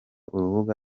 urubuga